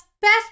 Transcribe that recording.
Best